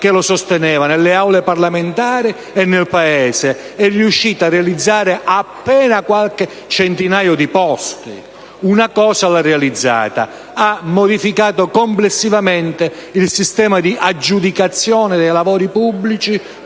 che lo sosteneva nelle Aule parlamentari e nel Paese, è riuscito a realizzare appena qualche centinaio di posti. Una cosa l'ha realizzata: ha modificato complessivamente il sistema di aggiudicazione dei lavori pubblici